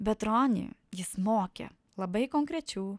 bet ronį jis mokė labai konkrečių